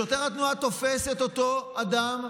אם שוטר התנועה תופס את אותו אדם,